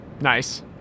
Nice